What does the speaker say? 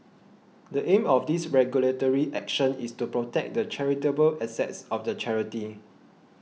the aim of this regulatory action is to protect the charitable assets of the charity